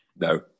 No